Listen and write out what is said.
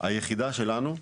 היחידה שלנו,